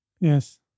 Yes